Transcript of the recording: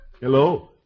hello